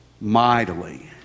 mightily